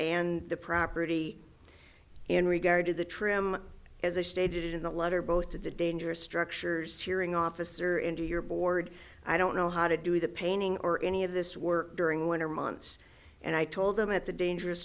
and the property in regard to the trim as i stated in the letter both of the dangerous structures hearing officer and do your board i don't know how to do the painting or any of this work during winter months and i told them at the dangerous